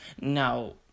Now